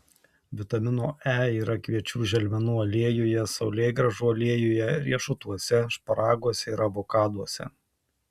vitamino e yra kviečių želmenų aliejuje saulėgrąžų aliejuje riešutuose šparaguose ir avokaduose